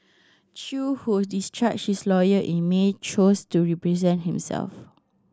Chew who discharged his lawyer in May chose to represent himself